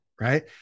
Right